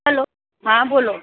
hello હા બોલો